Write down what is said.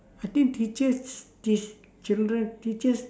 I think teachers teach children teachers